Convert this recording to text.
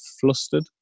flustered